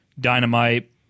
dynamite